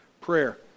prayer